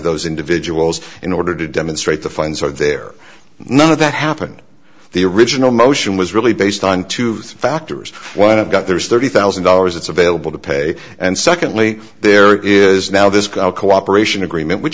those individual roles in order to demonstrate the funds are there none of that happened the original motion was really based on two of the factors when it got there is thirty thousand dollars it's available to pay and secondly there is now this cooperation agreement which